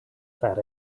fat